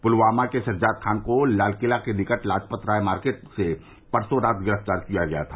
पुलवामा के सज्जाद खान को लालकिला के निकट लाजपतराय मार्केट से परसों रात गिरफ्तार किया गया था